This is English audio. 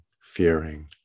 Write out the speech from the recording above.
fearing